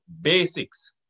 basics